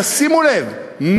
תשימו לב,